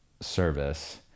service